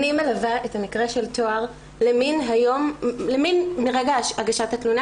אני מלווה את המקרה של טוהר מרגע הגשת התלונה,